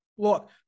Look